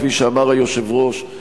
כפי שאמר היושב-ראש,